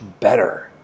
better